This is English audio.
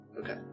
Okay